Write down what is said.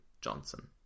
Johnson